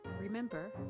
Remember